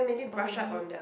or maybe